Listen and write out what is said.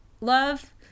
love